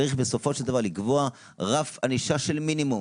צריך בסופו של דבר לקבוע רף ענישה של מינימום.